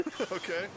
Okay